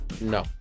no